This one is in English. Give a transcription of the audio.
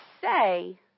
say